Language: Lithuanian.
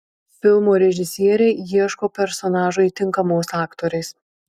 filmo režisieriai ieško personažui tinkamos aktorės